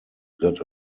that